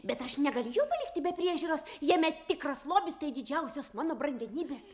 bet aš negaliu palikti be priežiūros jame tikras lobis tai didžiausios mano brangenybės